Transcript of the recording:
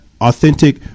authentic